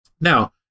Now